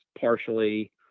partially